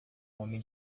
homem